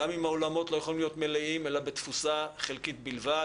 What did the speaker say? גם אם האולמות לא יכולים להיות מלאים אלא בתפוסה חלקית בלבד,